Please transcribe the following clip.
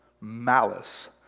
malice